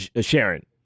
Sharon